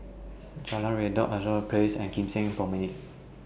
Jalan Redop Place and Kim Seng Promenade